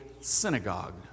synagogue